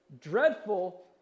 dreadful